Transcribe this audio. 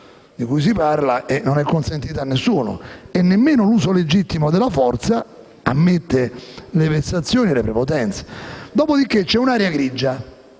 di cui si parla, non è consentita a nessuno e nemmeno l'uso legittimo della forza ammette le vessazioni e le prepotenze. Dopo di che c'è un'area grigia